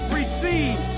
receive